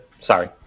sorry